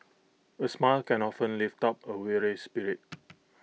A smile can often lift up A weary spirit